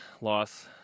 loss